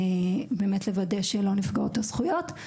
באמת לוודא שלא נפגעות הזכויות.